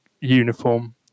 uniform